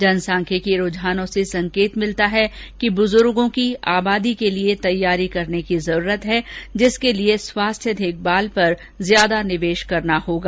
जनसांख्यिकीय रूझानों से संकेत मिलता है कि बुजुर्गों की आबादी के लिए तैयारी करने की जरूरत है जिसके लिए स्वास्थ्य देखभाल पर ज्यादा निवेश करना होगा